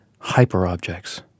hyperobjects